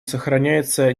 сохраняется